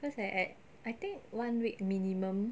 cause like I I think one week minimum